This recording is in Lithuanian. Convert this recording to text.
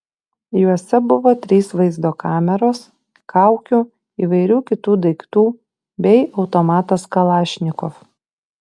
juose buvo trys vaizdo kameros kaukių įvairių kitų daiktų bei automatas kalašnikov